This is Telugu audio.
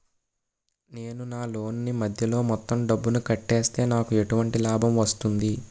నేను నా లోన్ నీ మధ్యలో మొత్తం డబ్బును కట్టేస్తే నాకు ఎటువంటి లాభం వస్తుంది?